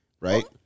Right